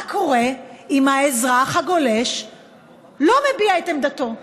מה קורה אם האזרח הגולש לא מביע את עמדתו?